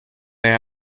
they